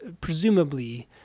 presumably